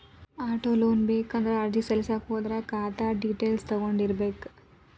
auto loan ಬೇಕಂದ್ರ ಅರ್ಜಿ ಸಲ್ಲಸ್ಲಿಕ್ಕೆ ಹೋದ್ರ ಖಾತಾದ್ದ್ ಡಿಟೈಲ್ಸ್ ತಗೊಂಢೊಗಿರ್ಬೇಕ್